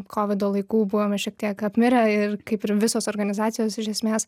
kovido laikų buvome šiek tiek apmirę ir kaip ir visos organizacijos iš esmės